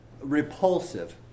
repulsive